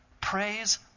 Praise